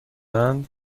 اند